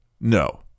no